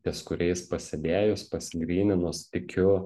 ties kuriais pasėdėjus pasigryninus tikiu